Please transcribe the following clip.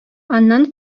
аннан